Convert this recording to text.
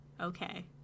Okay